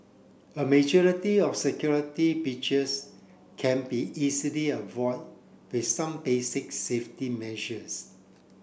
a majority of security beaches can be easily avoided with some basic safety measures